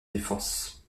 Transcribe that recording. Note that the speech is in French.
défense